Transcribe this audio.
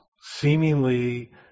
seemingly